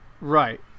Right